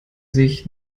sich